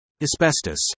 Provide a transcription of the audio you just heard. Asbestos